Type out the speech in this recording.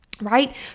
Right